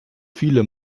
viele